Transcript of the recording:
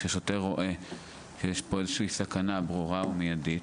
כששוטר רואה שיש פה איזושהי סכנה ברורה ומיידית,